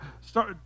start